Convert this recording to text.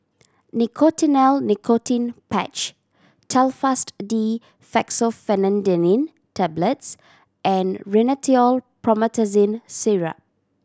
Nicotinell Nicotine Patch Telfast D Fexofenadine Tablets and Rhinathiol Promethazine Syrup